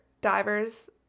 divers